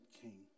king